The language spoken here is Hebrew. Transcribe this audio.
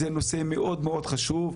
זה נושא מאוד חשוב,